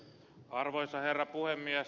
arvoisa herra puhemies